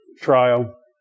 trial